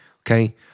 Okay